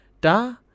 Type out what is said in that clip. da